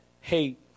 hate